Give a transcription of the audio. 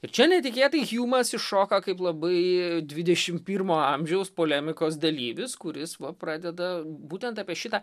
čia netikėtai hjumas iššoka kaip labai dvidešim pirmo amžiaus polemikos dalyvis kuris va pradeda būtent apie šitą